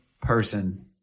person